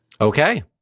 Okay